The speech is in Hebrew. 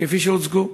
כפי שהוצגו.